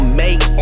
make